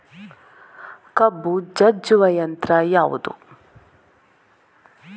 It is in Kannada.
ಕಬ್ಬು ಜಜ್ಜುವ ಯಂತ್ರ ಯಾವುದು?